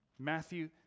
Matthew